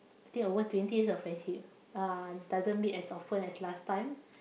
think over twenty years of friendship uh doesn't meet as often as last time